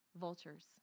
Vultures